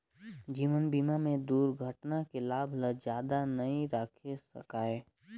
जीवन बीमा में दुरघटना के लाभ ल जादा नई राखे सकाये